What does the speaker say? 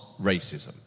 racism